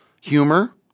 humor